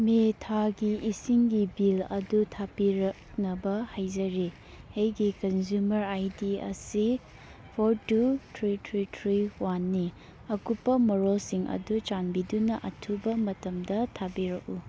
ꯃꯦ ꯊꯥꯒꯤ ꯏꯁꯤꯡꯒꯤ ꯕꯤꯜ ꯑꯗꯨ ꯊꯥꯕꯤꯔꯛꯅꯕ ꯍꯥꯏꯖꯔꯤ ꯑꯩꯒꯤ ꯀꯟꯖꯨꯃꯔ ꯑꯥꯏ ꯗꯤ ꯑꯁꯤ four two three three three one ꯅꯤ ꯑꯀꯨꯞꯄ ꯃꯔꯣꯜꯁꯤꯡ ꯑꯗꯨ ꯆꯥꯟꯕꯤꯗꯨꯅ ꯑꯊꯨꯕ ꯃꯇꯝꯗ ꯊꯥꯕꯤꯔꯛꯎ